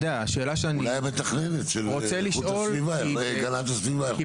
אולי המתכננת של הגנת הסביבה יכולה להגיד.